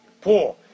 poor